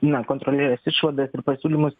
na kontrolierės išvadas ir pasiūlymus